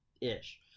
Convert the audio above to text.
Ish